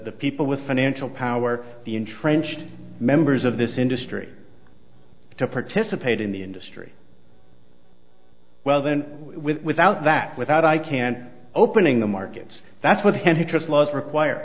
the people with financial power the entrenched members of this industry to participate in the industry well then without that without icann opening the markets that's what